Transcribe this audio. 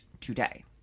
today